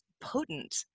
potent